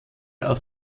aus